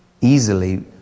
easily